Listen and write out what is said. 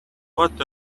what